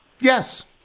Yes